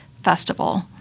Festival